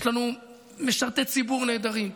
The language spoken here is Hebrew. יש לנו משרתי ציבור נהדרים,